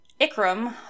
Ikram